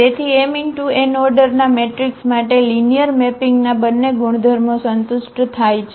તેથી m×n ઓર્ડરના મેટ્રિક્સ માટે લિનિયર મેપિંગના બંને ગુણધર્મો સંતુષ્ટ થાય છે